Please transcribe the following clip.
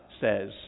says